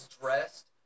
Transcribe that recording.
dressed